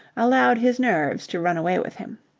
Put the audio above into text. allowed his nerves to run away with him.